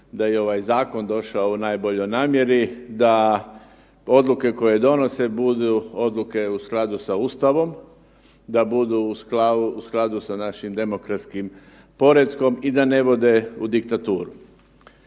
da je i ovaj zakon došao u najboljoj namjeri da odluke koje donose budu odluke u skladu sa Ustavom, da budu u skladu sa našim demokratskih poretkom i da ne vode u diktaturu.